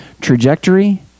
trajectory